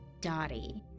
Dottie